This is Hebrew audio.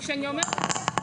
וכשאני אומרת את זה,